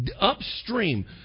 upstream